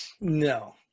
No